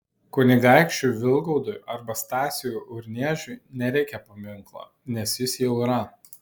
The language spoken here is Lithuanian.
kunigaikščiui vilgaudui arba stasiui urniežiui nereikia paminklo nes jis jau yra